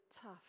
tough